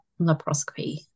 laparoscopy